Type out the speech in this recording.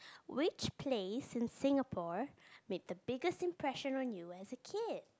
which place in Singapore made the biggest impression on you as a kid